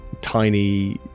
tiny